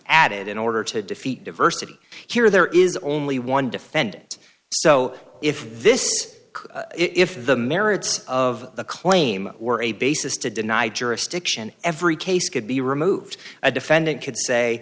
added in order to defeat diversity here there is only one defendant so if this if the merits of the claim were a basis to deny jurisdiction every case could be removed a defendant c